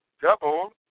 double